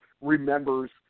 remembers